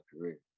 career